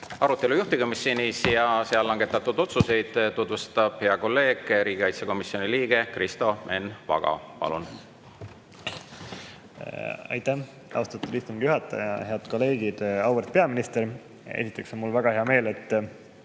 Arutelu juhtivkomisjonis ja seal langetatud otsuseid tutvustab hea kolleeg, riigikaitsekomisjoni liige Kristo Enn Vaga. Palun! Aitäh, austatud istungi juhataja! Head kolleegid! Auväärt peaminister! Esiteks on mul väga hea meel, et